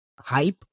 hype